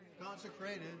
consecrated